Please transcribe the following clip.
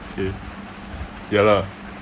okay ya lah